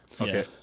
okay